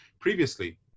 previously